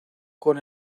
con